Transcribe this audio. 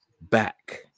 back